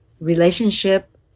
relationship